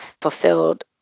fulfilled